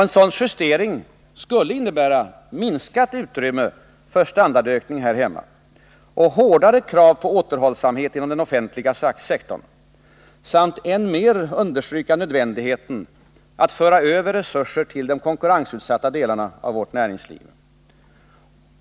En sådan justering skulle innebära minskat utrymme för standardökning här hemma och hårdare krav på återhållsamhet inom den offentliga sektorn samt än mer understryka nödvändigheten att överföra resurser till de konkurrensutsatta delarna av vårt näringsliv.